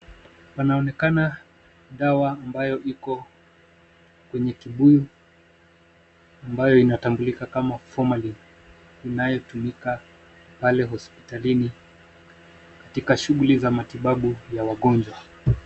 Panaonekana dawa ambayo iko kwenye kibuyu ambayo inatambulika kama Formalin inayotumika pale hospitalini katika shughuli za matibabu ya wagonjwa.